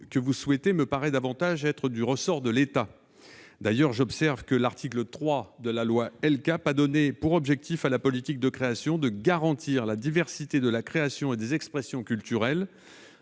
que vous souhaitez lui confier me paraît être davantage du ressort de l'État. D'ailleurs, j'observe que l'article 3 de la loi LCAP a donné pour objectif à la politique de la création de « garantir la diversité de la création et des expressions culturelles